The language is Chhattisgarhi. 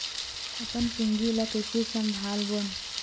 अपन पूंजी ला कइसे संभालबोन?